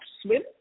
Swim